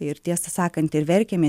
ir tiesą sakant ir verkėme